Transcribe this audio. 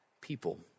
people